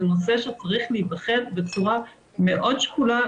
זה נושא שצריך להיבחן בצורה מאוד שקולה,